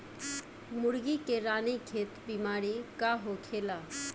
मुर्गी में रानीखेत बिमारी का होखेला?